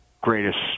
greatest